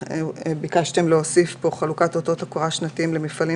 שביקשתם להוסיף: חלוקת אותות הוקרה שנתיים למפעלים